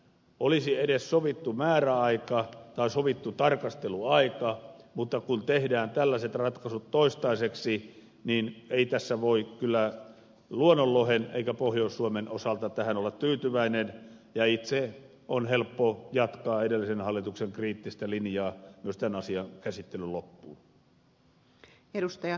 olisi edes sovittu määräaika tai tarkasteluaika mutta kun tehdään toistaiseksi tällaiset ratkaisut niin ei tässä voi kyllä luonnonlohen eikä pohjois suomen osalta olla tähän tyytyväinen ja itse on helppo jatkaa edellisen hallituksen kriittistä linjaa myös tämän asian käsittelyn loppuun